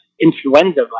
influenza